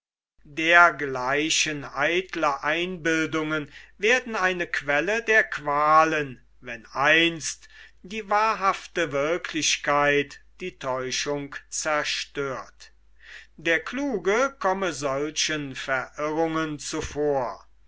dergleichen eitle einbildungen werden eine quelle der quaalen wann einst die wahrhafte wirklichkeit die täuschung zerstört der kluge komme solchen verirrungen zuvor